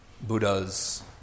Buddhas